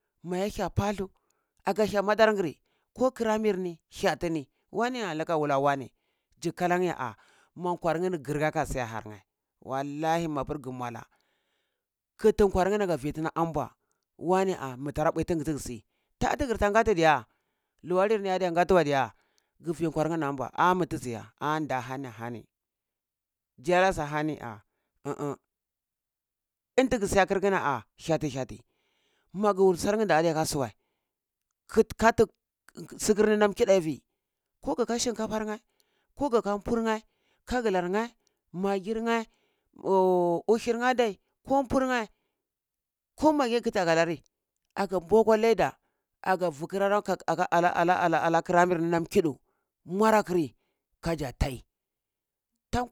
Ma neh fah pathur ka kar heh madar gari ko karamir ni ka gah heh tini kazi laka mur walah waneh ndzi kalan yah ah ma nwarnar gar ga ga zi siya a yeri a har neh wallahi mapar ga mwala kati nwarnani ka vi tini ambwa waneh ah mahara mbwai teneh tagatara si ta tagar ta gati diya luwalir ni adiya gata wadiya ga vi nkwa neh ni ambwa ah meh tizi eh ah da eni ahani zi enah su ahani eni taga siyakar ahani hyeti hyeti ma wul nzir neh ni adiya ka su weh khet kahti sikir ni nam ayivi ko gaka shinkafar neh ko gaka mpur neh kagala neh maggi neh uhir neh adai ko mpor neh ko maggi aga kati ka nari aga mbwa akwa leɗa aga vekurar alah alah qlah karahj nzirnah nam kiɗu mura kari kaza tai tankwar.